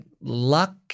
luck